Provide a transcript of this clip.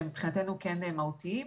שמבחינתנו כן מהותיים.